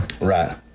Right